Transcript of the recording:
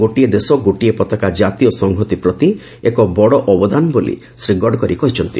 ଗୋଟିଏ ଦେଶ ଗୋଟିଏ ପତାକା ଜାତୀୟ ସଂହତି ପ୍ରତି ଏକ ବଡ଼ ଅବଦାନ ବୋଲି ଶ୍ରୀଗଡ଼କରୀ କହିଛନ୍ତି